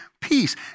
peace